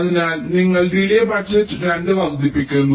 അതിനാൽ നിങ്ങൾ delay budget 2 വർദ്ധിപ്പിക്കുന്നു